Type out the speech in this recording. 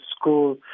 School